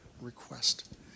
request